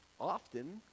Often